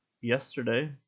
yesterday